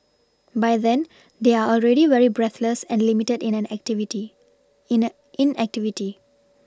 by then they are already very breathless and limited in activity